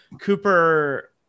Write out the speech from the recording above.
Cooper